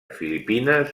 filipines